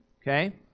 okay